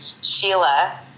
Sheila